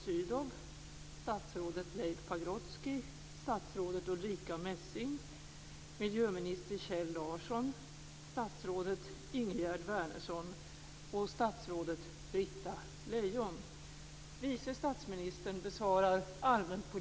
Vice statsministern besvarar allmänpolitiska frågor; övriga statsråd besvarar frågor inom vars och ens ansvarsområde.